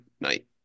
night